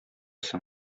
соң